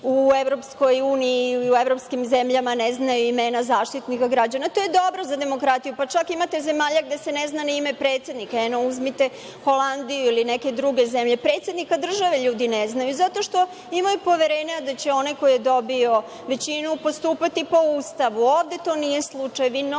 u EU i u evropskim zemljama ne znaju imena Zaštitnika građana. To je dobro za demokratiju. Čak imate zemalja gde se ne zna ni ime predsednika. Eno, uzmite Holandiju ili neke druge zemlje, predsednika države ljudi ne znaju, zato što imaju poverenja da će onaj ko je dobio većinu postupati po Ustavu. Ovde to nije slučaj.